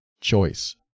choice